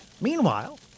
Meanwhile